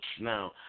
Now